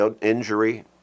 injury